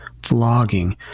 vlogging